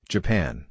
Japan